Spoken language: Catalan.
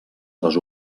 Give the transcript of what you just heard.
les